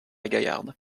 gaillarde